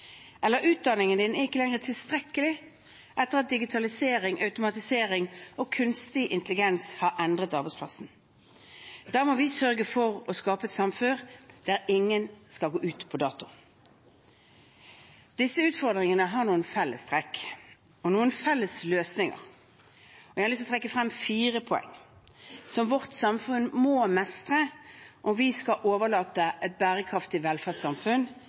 Eller utdanningen er kanskje ikke lenger tilstrekkelig etter at digitalisering, automatisering og kunstig intelligens har endret arbeidsplassen. Da må vi sørge for å skape et samfunn der ingen skal gå ut på dato. Disse utfordringene har noen fellestrekk og noen felles løsninger. Jeg har lyst til å trekke frem fire poeng som vårt samfunn må mestre om vi skal overlate et bærekraftig velferdssamfunn